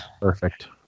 perfect